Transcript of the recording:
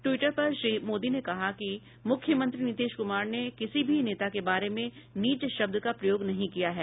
Twitter पर श्री मोदी ने कहा है कि मुख्यमंत्री नीतीश कुमार ने किसी भी नेता के बारे में नीच शब्द का प्रयोग नहीं किया है